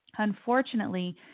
unfortunately